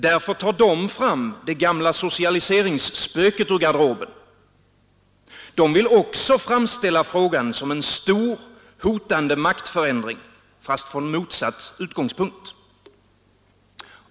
Därför tar de fram det gamla socialiseringsspöket ur garderoben. De vill också framställa frågan som en stor, hotande maktförändring, fast från motsatt utgångspunkt.